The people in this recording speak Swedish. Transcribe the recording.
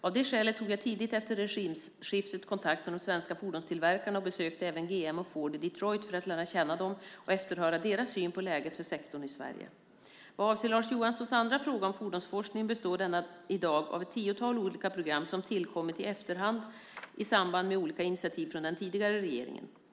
Av det skälet tog jag tidigt efter regimskiftet kontakt med de svenska fordonstillverkarna och besökte även GM och Ford i Detroit för att lära känna dem och efterhöra deras syn på läget för sektorn i Sverige. Vad avser Lars Johanssons andra fråga om fordonsforskningen består denna i dag av ett tiotal olika program som tillkommit efterhand i samband med olika initiativ från den tidigare regeringen.